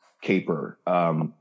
caper